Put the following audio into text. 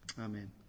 Amen